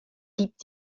gibt